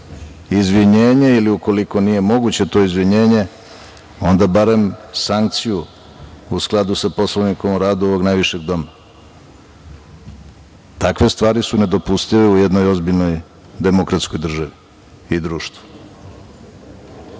izvinjenje ili ukoliko nije moguće to izvinjenje, onda barem sankciju, u skladu sa Poslovnikom o radu ovog najvišeg doma? Takve stvari su nedopustive u jednoj ozbiljnoj demokratskoj državi i društvu.